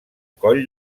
coll